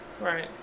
Right